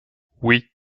oui